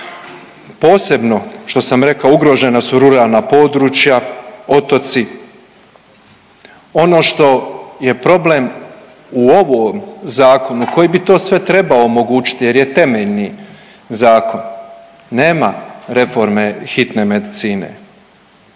Posebno što sam rekao ugrožena su ruralna područja, otoci. Ono što je problem u ovom zakon koji bi to sve trebao omogućiti jer je temeljni zakon, nema reforme hitne medicine.